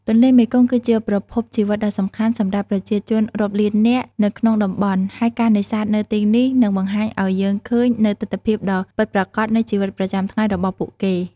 ទន្លេមេគង្គគឺជាប្រភពជីវិតដ៏សំខាន់សម្រាប់ប្រជាជនរាប់លាននាក់នៅក្នុងតំបន់ ហើយការនេសាទនៅទីនេះនឹងបង្ហាញឱ្យយើងឃើញនូវទិដ្ឋភាពដ៏ពិតប្រាកដនៃជីវិតប្រចាំថ្ងៃរបស់ពួកគេ។